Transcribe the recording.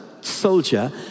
soldier